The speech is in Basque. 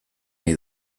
nahi